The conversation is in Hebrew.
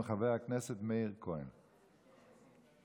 חברת הכנסת מאיר כהן, נמצא?